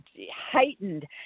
heightened